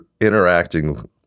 interacting